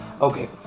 Okay